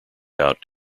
out